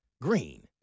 green